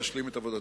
תשלים את עבודתה.